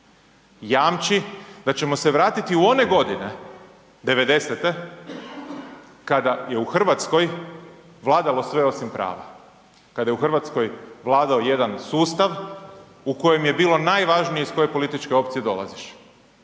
jamči da ćemo se vratiti u one godine, 90-e kada je u Hrvatskoj vladalo sve osim prava. Kada je u Hrvatskoj vladao jedan sustav u kojem je bilo najvažnije iz koje političke opcije dolaziš